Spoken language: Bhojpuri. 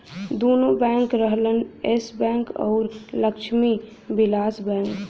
दुन्नो बैंक रहलन येस बैंक अउर लक्ष्मी विलास बैंक